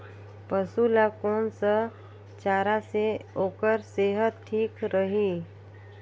पशु ला कोन स चारा से ओकर सेहत ठीक रही?